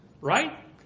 right